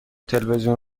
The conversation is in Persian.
تلویزیون